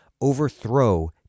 overthrow